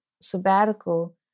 sabbatical